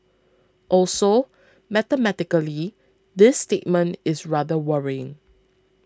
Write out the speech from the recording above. also mathematically this statement is rather worrying